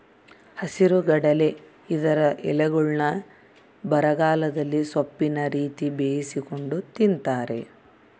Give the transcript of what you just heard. ಹಸಿರುಗಡಲೆ ಇದರ ಎಲೆಗಳ್ನ್ನು ಬರಗಾಲದಲ್ಲಿ ಸೊಪ್ಪಿನ ರೀತಿ ಬೇಯಿಸಿಕೊಂಡು ತಿಂತಾರೆ